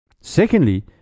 Secondly